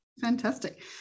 Fantastic